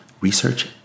research